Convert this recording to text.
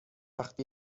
وقت